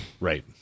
Right